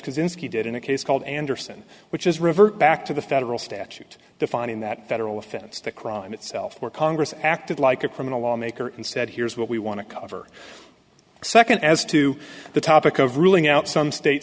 kozinski did in a case called anderson which is revert back to the federal statute defining that federal offense the crime itself where congress acted like a criminal lawmaker and said here's what we want to come second as to the topic of ruling out some state